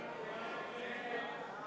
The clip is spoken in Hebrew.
מי בעד האי-אמון?